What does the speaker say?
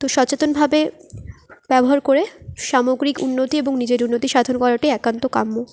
তো সচেতনভাবে ব্যবহার করে সামগ্রিক উন্নতি এবং নিজের উন্নতি সাধন করাটাই একান্ত কাম্য